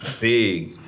big